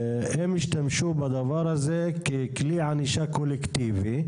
הם השתמשו בדבר זה ככלי ענישה קולקטיבי,